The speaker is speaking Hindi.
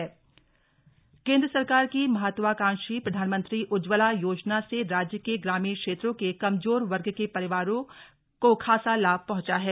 उज्जवला योजना केंद्र सरकार की महत्वाकांक्षी प्रधानमंत्री उज्ज्वला योजना से राज्य के ग्रामीण क्षेत्रों के कमजोर वर्ग के परिवारों खासा लाभ पहुंचा है